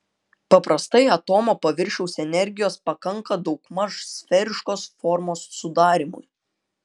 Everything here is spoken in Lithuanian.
paprastai atomo paviršiaus energijos pakanka daugmaž sferiškos formos sudarymui